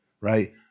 right